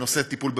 בטיפול בבדידות,